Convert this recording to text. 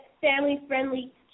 family-friendly